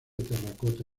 terracota